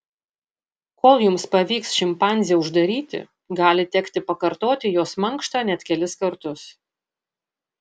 kol jums pavyks šimpanzę uždaryti gali tekti pakartoti jos mankštą net kelis kartus